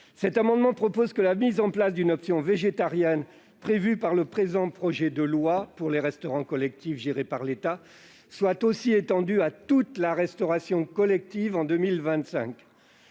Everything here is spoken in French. nous proposons que la mise en place d'une option végétarienne, prévue par le présent projet de loi pour les restaurants collectifs gérés par l'État, soit étendue à toute la restauration collective en 2025.